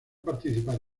participar